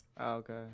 okay